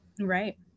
Right